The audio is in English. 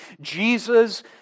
Jesus